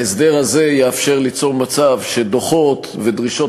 ההסדר הזה יאפשר ליצור מצב שדוחות ודרישות